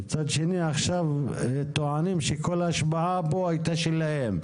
מצד שני עכשיו טוענים שכל ההשפעה פה היתה שלהם.